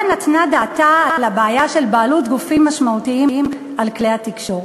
נתנה דעתה על הבעיה של בעלות גופים משמעותיים על כלי התקשורת.